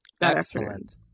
excellent